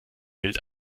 bild